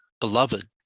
beloved